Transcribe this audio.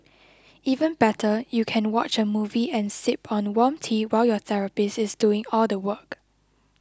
even better you can watch a movie and sip on warm tea while your therapist is doing all the work